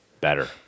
better